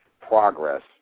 progress